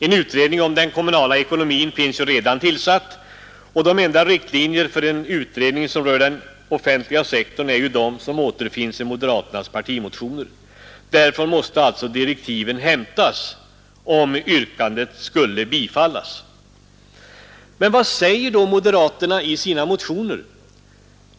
En utredning om den kommunala ekonomin finns ju redan tillsatt, och de enda riktlinjer för en utredning som rör den offentliga sektorn är ju de som återfinns i moderaternas partimotioner. Därifrån måste alltså direktiven hämtas, om yrkandet skulle bifallas. Vad säger då moderaterna i sina motioner?